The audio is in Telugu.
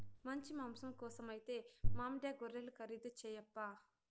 మంచి మాంసం కోసమైతే మాండ్యా గొర్రెలు ఖరీదు చేయప్పా